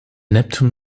neptun